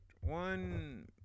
one